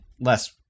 Less